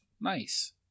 Nice